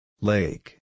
Lake